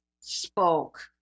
spoke